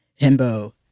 himbo